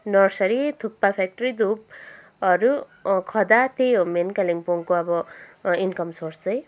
nursery thukpa factory धुपहरू खदा त्यही हो मेन कालिम्पोङको अब इन्कम सोर्स चाहिँ